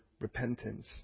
repentance